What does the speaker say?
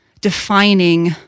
defining